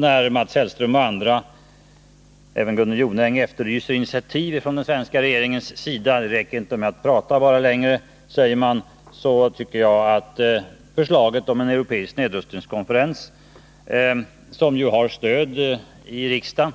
När Mats Hellström och andra, även Gunnel Jonäng, efterlyser initiativ från den svenska regeringens sida — ”det räcker inte med att bara prata längre”, säger man — tycker jag att förslaget om en europeisk nedrustningskonferens, som såvitt jag förstår har stöd i riksdagen